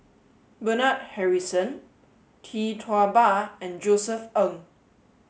Bernard Harrison Tee Tua Ba and Josef Ng